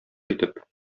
итеп